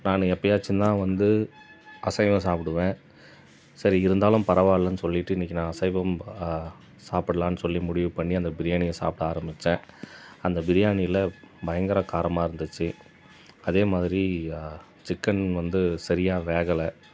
நான் எப்பவாச்சும் தான் வந்து அசைவம் சாப்பிடுவேன் சரி இருந்தாலும் பரவாயிலன்னு சொல்லிட்டு இன்னைக்கு நான் அசைவம் சாப்பிட்லாம் சொல்லி முடிவு பண்ணி அந்த பிரியாணியை சாப்பிட ஆரம்மிச்சேன் அந்த பிரியாணியில பயங்கர காரமாக இருந்துச்சு அதேமாதிரி சிக்கன் வந்து சரியாக வேகலை